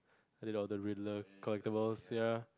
I did all the collectibles ya